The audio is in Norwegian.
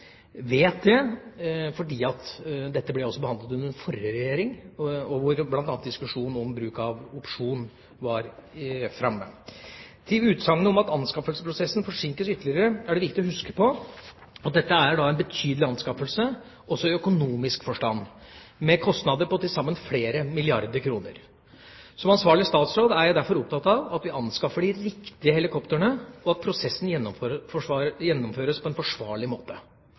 ble behandlet under forrige regjering, hvor bl.a. diskusjonen om bruk av opsjon var framme. Når det gjelder utsagnet om at anskaffelsesprosessen forsinkes ytterligere, er det viktig å huske på at dette er en betydelig anskaffelse, også i økonomisk forstand – med kostnader på til sammen flere milliarder kr. Som ansvarlig statsråd er jeg derfor opptatt av at vi anskaffer de riktige helikoptrene, og at prosessen gjennomføres på en forsvarlig måte.